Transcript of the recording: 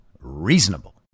reasonable